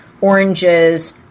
oranges